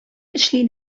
эшли